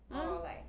mm